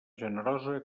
generosa